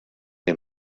him